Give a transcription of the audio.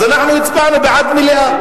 אז אנחנו הצבענו בעד מליאה.